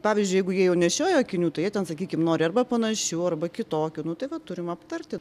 pavyzdžiui jeigu jie jau nešiojo akinių tai jie ten sakykim nori arba panašių arba kitokių nu tai va turim aptarti